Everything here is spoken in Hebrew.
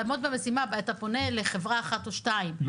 לעמוד במשימה אתה פונה לחברה אחת או שתיים,